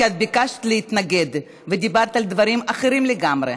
כי את ביקשת להתנגד ודיברת על דברים אחרים לגמרי.